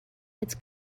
it’s